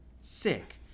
Sick